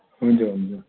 हुन्छ हुन्छ